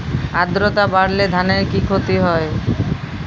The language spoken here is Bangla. আদ্রর্তা বাড়লে ধানের কি ক্ষতি হয়?